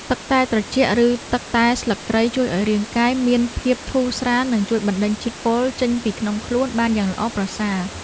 ទឹកតែត្រជាក់ឬទឹកតែស្លឹកគ្រៃជួយឱ្យរាងកាយមានភាពធូរស្រាលនិងជួយបណ្ដេញជាតិពុលចេញពីក្នុងខ្លួនបានយ៉ាងល្អប្រសើរ។